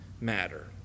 matter